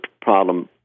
problem